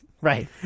Right